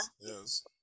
Yes